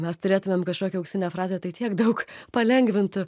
mes turėtumėm kažkokią auksinę frazę tai tiek daug palengvintų